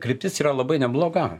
kryptis yra labai nebloga